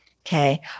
Okay